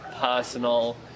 personal